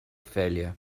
failure